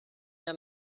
down